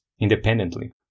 independently